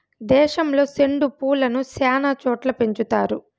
దేశంలో సెండు పూలను శ్యానా చోట్ల పెంచుతారు